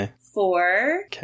four